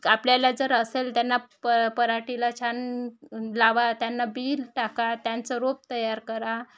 आपल्याला जर असेल त्यांना प पराटीला छान लावा त्यांना बी टाका त्यांचं रोप तयार करा